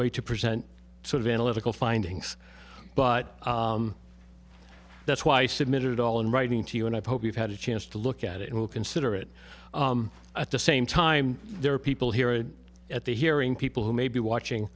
way to present sort of analytical findings but that's why i submitted it all in writing to you and i post we've had a chance to look at it and will consider it at the same time there are people here at the hearing people who may be watching